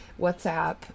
WhatsApp